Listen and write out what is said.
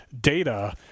data